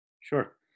Sure